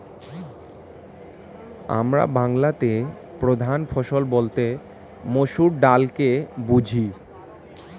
আমরা বাংলাতে প্রধান ফসল বলতে মসুর ডালকে বুঝি